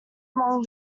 among